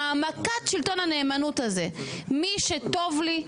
העמקת שלטון הנאמנות הזה מי שטוב לי,